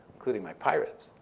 including my pirates,